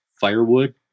firewood